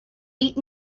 eight